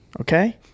Okay